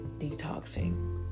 detoxing